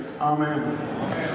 Amen